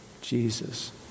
Jesus